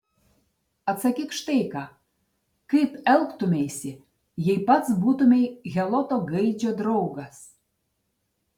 atsakyk štai ką kaip elgtumeisi jei pats būtumei heloto gaidžio draugas